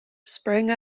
sprang